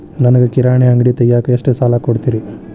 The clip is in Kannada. ನನಗ ಕಿರಾಣಿ ಅಂಗಡಿ ತಗಿಯಾಕ್ ಎಷ್ಟ ಸಾಲ ಕೊಡ್ತೇರಿ?